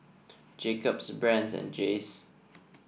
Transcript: Jacob's Brand's and Jays